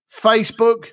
Facebook